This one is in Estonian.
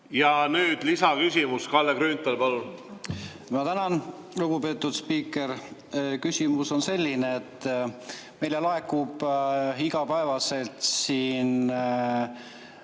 Ja nüüd lisaküsimus, Kalle Grünthal, palun! Ma tänan, lugupeetud spiiker! Küsimus on selline. Meile laekub iga päev Ukraina